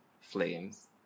flames